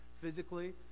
physically